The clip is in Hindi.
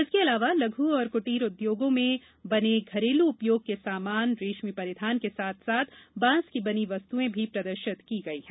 इसके अलावा लघु और कृटीर उद्योगों में बने घरेल उपयोग के सामान रेशमी परिधान के साथ साथ बांस के बनी वस्तुऍ भी प्रदर्शित की गई हैं